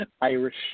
Irish